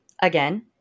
Again